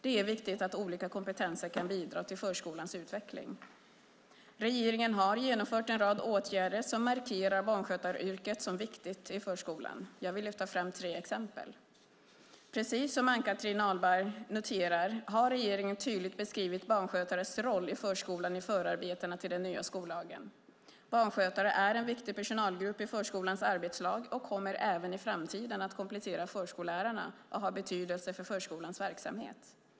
Det är viktigt att olika kompetenser kan bidra till förskolans utveckling. Regeringen har genomfört en rad åtgärder som markerar barnskötaryrket som viktigt i förskolan. Jag vill här lyfta fram tre exempel. Precis som Ann-Christin Ahlberg noterar har regeringen tydligt beskrivit barnskötares roll i förskolan i förarbetena till den nya skollagen. Barnskötare är en viktig personalgrupp i förskolans arbetslag och kommer även i framtiden att komplettera förskollärarna och ha betydelse för förskolans verksamhet.